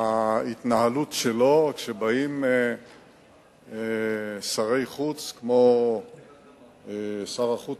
ההתנהלות שלו כשבאים שרי חוץ כמו שר החוץ